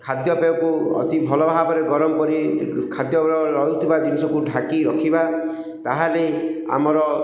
ଖାଦ୍ୟପେୟକୁ ଅତି ଭଲ ଭାବରେ ଗରମ କରି ଖାଦ୍ୟ ରହୁଥିବା ଜିନିଷକୁ ଢାଙ୍କି ରଖିବା ତାହେଲେ ଆମର